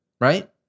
right